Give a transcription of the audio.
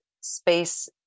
space